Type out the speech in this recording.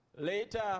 Later